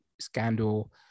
scandal